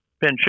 Ben